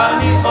Ani